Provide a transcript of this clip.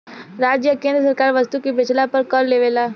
राज्य आ केंद्र सरकार वस्तु के बेचला पर कर लेवेला